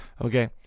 Okay